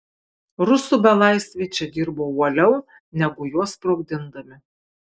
rusų belaisviai čia dirbo uoliau negu juos sprogdindami